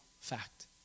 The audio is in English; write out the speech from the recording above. fact